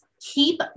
keep